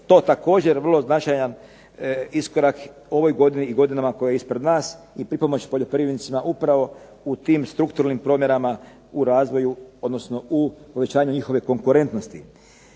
to također vrlo značajan iskorak u ovoj godini i godinama koja je ispred nas. I pripomoć poljoprivrednicima upravo u tim strukturnim promjenama u razvoju, odnosno u povećanju njihove konkurentnosti.